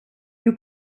you